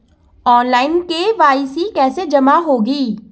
Online KYC कैसे जमा होगी?